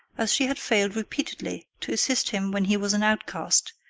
as she had failed repeatedly to assist him when he was an outcast,